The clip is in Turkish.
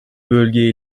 bölge